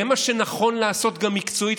זה מה שנכון לעשות גם מקצועית.